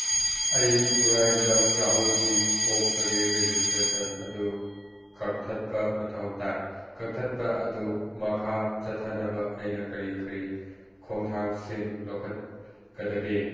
ꯑꯩ ꯈꯨꯔꯥꯏꯖꯝ ꯔꯥꯍꯨꯜꯒꯤ ꯄꯣꯛꯄꯒꯤ ꯔꯦꯖꯤꯁꯇ꯭ꯔꯦꯁꯟ ꯑꯗꯨ ꯀꯛꯊꯠꯄ ꯃꯊꯧ ꯇꯥꯏ ꯀꯛꯊꯠꯄ ꯑꯗꯨ ꯃꯈꯥ ꯆꯠꯊꯅꯕ ꯑꯩꯅ ꯀꯔꯤ ꯀꯔꯤ ꯈꯣꯡꯊꯥꯡꯁꯤꯡ ꯂꯧꯈꯠꯀꯗꯒꯦ